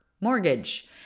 mortgage